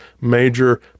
major